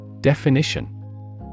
Definition